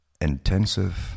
intensive